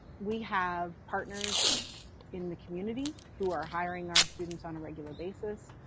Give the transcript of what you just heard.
we have partners in the community who are hiring our students on a regular basis,